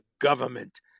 government